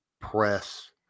press